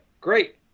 great